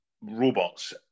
robots